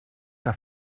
que